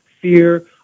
fear